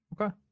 Okay